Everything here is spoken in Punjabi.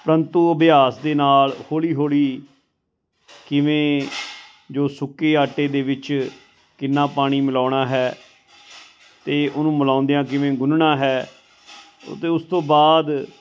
ਪ੍ਰੰਤੂ ਅਭਿਆਸ ਦੇ ਨਾਲ ਹੌਲੀ ਹੌਲੀ ਕਿਵੇਂ ਜੋ ਸੁੱਕੇ ਆਟੇ ਦੇ ਵਿੱਚ ਕਿੰਨਾ ਪਾਣੀ ਮਿਲਾਉਣਾ ਹੈ ਅਤੇ ਉਹਨੂੰ ਮਿਲਾਉਂਦਿਆਂ ਕਿਵੇਂ ਗੁੰਨਣਾ ਹੈ ਅਤੇ ਉਸ ਤੋਂ ਬਾਅਦ